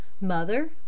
Mother